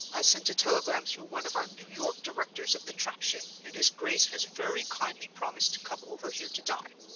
i sent a telegram through one of our new york directors of the traction, and his grace has very kindly promised to come over here to dine.